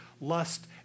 lust